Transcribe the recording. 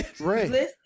right